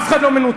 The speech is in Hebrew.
אף אחד לא מנותק,